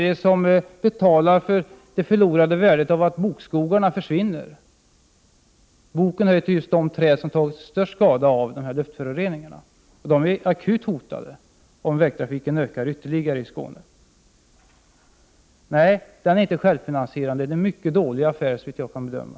Vem betalar det förlorade värdet av att bokskogarna försvinner? Boken är ett av de trädslag som tar störst skada av luftföroreningarna. Bokskogarna är akut hotade, om vägtrafiken ökar ytterligare i Skåne. Nej, bron är inte självfinansierande. Den är en mycket dålig affär, såvitt jag kan bedöma.